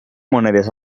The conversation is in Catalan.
monedes